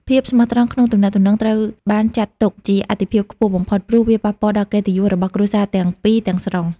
ភាពស្មោះត្រង់ក្នុងទំនាក់ទំនងត្រូវបានចាត់ទុកជាអាទិភាពខ្ពស់បំផុត ព្រោះវាប៉ះពាល់ដល់កិត្តិយសរបស់គ្រួសារទាំងពីរទាំងស្រុង។